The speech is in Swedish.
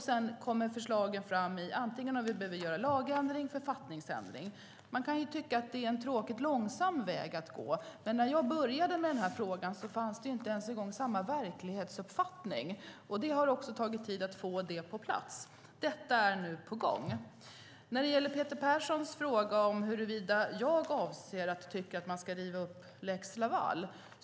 Sedan kommer förslagen om huruvida vi behöver göra lagändringar eller författningsförändringar. Man kan tycka att det är en tråkigt långsam väg att gå. Men när jag började arbeta med denna fråga fanns det inte ens samma verklighetsuppfattning. Det har tagit tid att få det på plats, och detta är nu på gång. Peter Persson frågade om jag anser att man ska riva upp lex Laval.